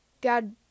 God